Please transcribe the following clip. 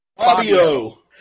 Fabio